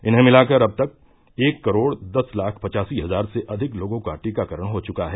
इन्हें मिलाकर अब तक एक करोड दस लाख पचासी हजार से अधिक लोगों का टीकाकरण हो चुका है